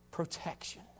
Protection